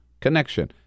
connection